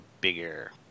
bigger